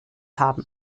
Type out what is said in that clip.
haben